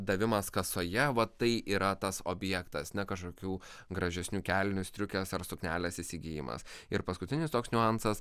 davimas kasoje va tai yra tas objektas ne kažkokių gražesnių kelnių striukės ar suknelės įsigijimas ir paskutinis toks niuansas